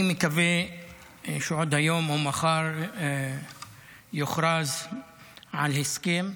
אני מקווה שעוד היום או מחר יוכרז על הסכם,